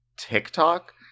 TikTok